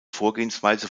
vorgehensweise